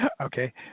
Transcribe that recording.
okay